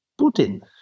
Putin